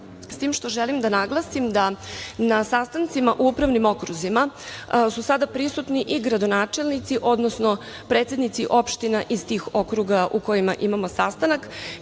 s tim što želim da naglasim da na sastancima u upravnim okruzima su sada prisutni i gradonačelnici, odnosno predsednici opština iz tih okruga u kojima imamo sastanak.